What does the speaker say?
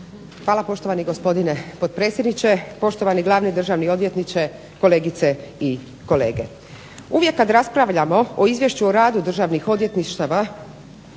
Hvala vam gospodine potpredsjedniče, gospodine Glavni državni odvjetniče, kolegice i kolege zastupnici. U Izvješću o radu državnih odvjetništava